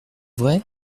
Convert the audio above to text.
vrai